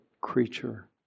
creature